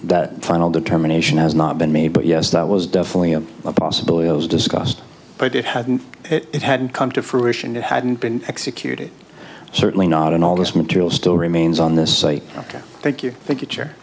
that final determination has not been made but yes that was definitely a possibility as discussed but it hadn't it hadn't come to fruition it hadn't been executed certainly not and all this material still remains on this say ok thank you